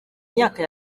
myaka